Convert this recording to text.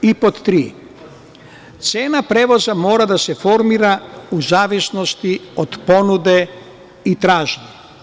I pod tri, cena prevoza mora da se formira u zavisnosti od ponude i tražnje.